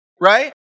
right